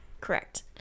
correct